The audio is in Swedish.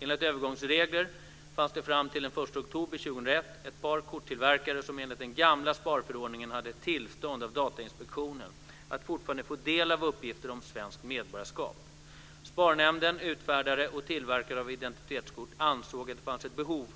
Enligt övergångsregler fanns det fram till den 1 oktober 2001 ett par korttillverkare som enligt den gamla SPAR-förordningen hade tillstånd av Datainspektionen att fortfarande få del av uppgifter om svenskt medborgarskap. SPAR nämnden, utfärdare och tillverkare av identitetskort, ansåg att det fanns ett behov